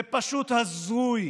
זה פשוט הזוי,